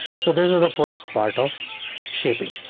so this is the first part of shipping.